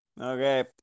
Okay